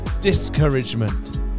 discouragement